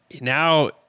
now